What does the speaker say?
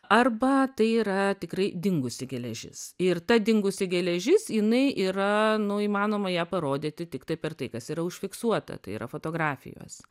arba tai yra tikrai dingusi geležis ir ta dingusi geležis jinai yra nu įmanoma ją parodyti tiktai per tai kas yra užfiksuota tai yra fotografijos